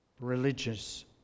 Religious